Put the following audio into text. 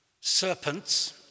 serpents